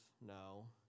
no